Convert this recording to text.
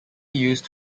used